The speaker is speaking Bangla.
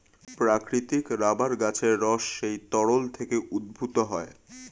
প্রাকৃতিক রাবার গাছের রস সেই তরল থেকে উদ্ভূত হয়